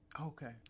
Okay